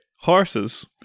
Horses